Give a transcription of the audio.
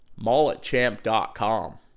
mulletchamp.com